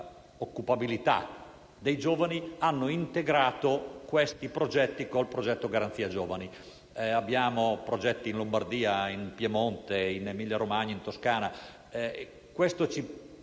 occupabilità dei giovani, hanno integrato questi progetti con il progetto Garanzia giovani. Abbiamo progetti in Lombardia, in Piemonte, in Emilia-Romagna e in Toscana.